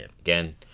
again